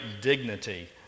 dignity